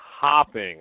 hopping